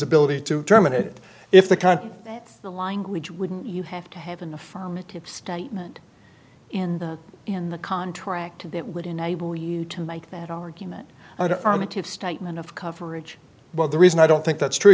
ability to terminate it if the country the language wouldn't you have to have an affirmative statement in the in the contract that would enable you to make that argument statement of coverage well the reason i don't think that's true